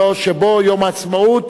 לוועדת החוקה,